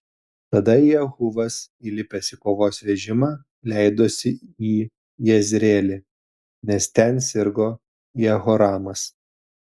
tada jehuvas įlipęs į kovos vežimą leidosi į jezreelį nes ten sirgo jehoramas